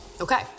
Okay